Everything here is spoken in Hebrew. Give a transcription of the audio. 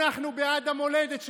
אנחנו בעד המולדת שלנו,